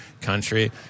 country